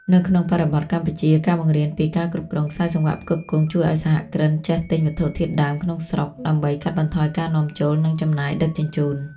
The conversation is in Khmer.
នៅក្នុងបរិបទកម្ពុជា ការបង្រៀនពី "ការគ្រប់គ្រងខ្សែសង្វាក់ផ្គត់ផ្គង់" ជួយឱ្យសហគ្រិនចេះទិញវត្ថុធាតុដើមក្នុងស្រុកដើម្បីកាត់បន្ថយការនាំចូល និងចំណាយដឹកជញ្ជូន។